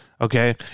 Okay